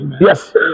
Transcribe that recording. Yes